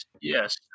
Yes